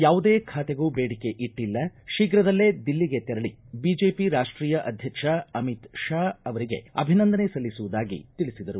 ಯಾವುದೇ ಬಾತೆಗೂ ಬೇಡಿಕೆ ಇಟ್ಟಲ್ಲ ಶೀಪ್ರದಲ್ಲೇ ದಿಲ್ಲಿಗೆ ತೆರಳಿ ಬಿಜೆಪಿ ರಾಷ್ಷೀಯ ಅಧ್ಯಕ್ಷ ಅಮಿತ್ ಶಹಾ ಅವರಿಗೆ ಅಭಿನಂದನೆ ಸಲ್ಲಿಸುವುದಾಗಿ ತಿಳಿಸಿದರು